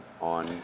on